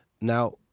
Now